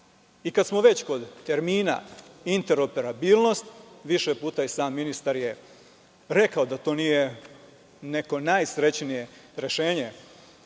smo već kod termina interoperabilnost, više puta je i sam ministar rekao da to nije neko najsrećnije rešenje.